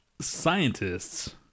Scientists